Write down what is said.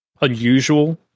unusual